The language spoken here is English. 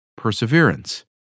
Perseverance